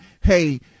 Hey